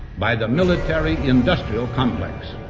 by the military-industrial complex.